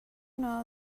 know